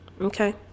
Okay